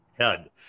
head